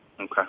Okay